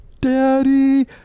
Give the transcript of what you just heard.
daddy